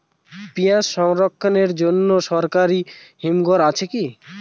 পিয়াজ সংরক্ষণের জন্য সরকারি হিমঘর আছে কি?